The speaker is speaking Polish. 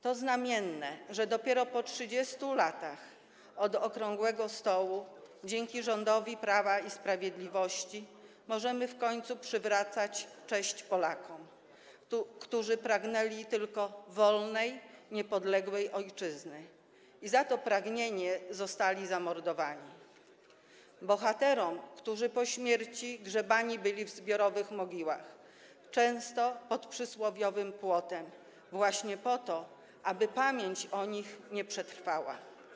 To znamienne, że dopiero po 30 latach od okrągłego stołu dzięki rządowi Prawa i Sprawiedliwości możemy w końcu przywracać cześć Polakom, którzy pragnęli tylko wolnej, niepodległej ojczyzny i za to pragnienie zostali zamordowani, bohaterom, którzy po śmierci grzebani byli w zbiorowych mogiłach, często pod przysłowiowym płotem, właśnie po to, aby pamięć o nich nie przetrwała.